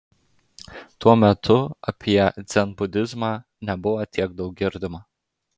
tuo metu apie dzenbudizmą nebuvo tiek daug girdima